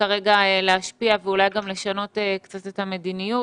כרגע להשפיע ואולי גם לשנות קצת את המדיניות